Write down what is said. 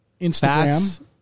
Instagram